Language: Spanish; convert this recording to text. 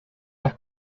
las